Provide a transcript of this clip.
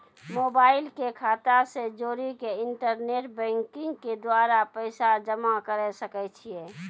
Mobile के खाता से जोड़ी के इंटरनेट बैंकिंग के द्वारा पैसा जमा करे सकय छियै?